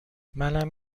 منم